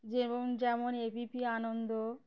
যেবন যেমন A B P Ananda